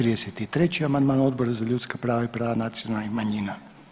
33. amandman Odbora za ljudska prava i prava nacionalnih manjina.